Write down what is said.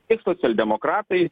tiek socialdemokratai